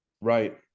right